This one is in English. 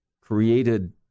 created